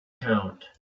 count